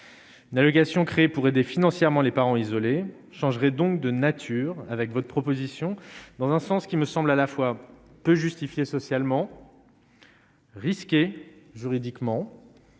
Une allocation créée pour aider financièrement les parents isolés changeraient donc de nature avec votre proposition dans un sens qui me semble à la fois peu justifier socialement risquée juridiquement.